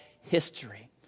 history